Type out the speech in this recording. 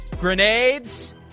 grenades